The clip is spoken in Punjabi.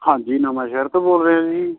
ਹਾਂਜੀ ਨਵਾ ਸ਼ਹਿਰ ਤੋਂ ਬੋਲ ਰਿਹਾ ਜੀ